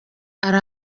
ari